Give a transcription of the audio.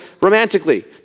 romantically